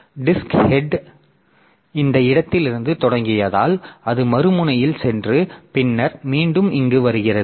disk head இந்த இடத்திலிருந்து தொடங்கியதால் அது மறுமுனைக்குச் சென்று பின்னர் மீண்டும் இங்கு வருகிறது